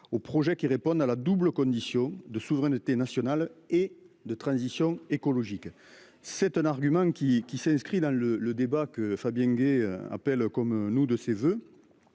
au projet qui répondent à la double condition de souveraineté nationale et de transition écologique. C'est un argument qui qui s'inscrit dans le le débat que Fabien Gay appelle comme nous de ses voeux.